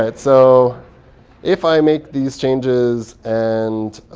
but so if i make these changes, and